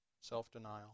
self-denial